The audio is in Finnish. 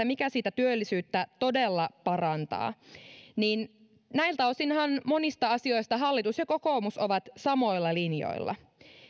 mikä sitä työllisyyttä todella parantaa niin näiltä osinhan monista asioista hallitus ja kokoomus ovat samoilla linjoilla